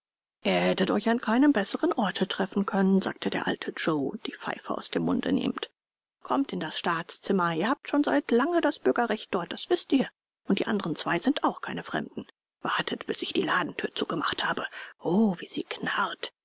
ihr hättet euch an keinem besseren orte treffen können sagte der alte joe die pfeife aus dem munde nehmend kommt in das staatszimmer ihr habt schon seit lange das bürgerrecht dort das wißt ihr und die anderen zwei sind auch keine fremden wartet bis ich die ladenthür zugemacht habe o wie sie knarrt